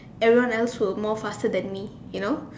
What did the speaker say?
everyone else were more faster than me